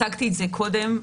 הצגתי את זה קודם.